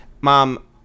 Mom